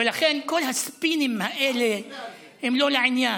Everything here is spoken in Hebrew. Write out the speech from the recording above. ולכן, כל הספינים האלה הם לא לעניין.